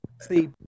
see